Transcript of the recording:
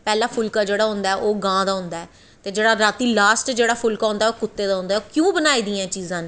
पैह्लै फुल्का जेह्ड़ा होंदा ऐ ओह् गां दा होंदा ऐ ते रातीं जेह्ड़ा लास्ट फुल्का होंदा ओह् कुत्ते दा होंदा ऐ क्यों बनाई दियां न एह् चीज़ां